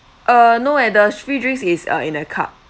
uh no eh the free drinks is uh in a cup